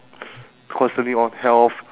do you want to talk about the